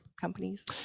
companies